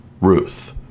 Ruth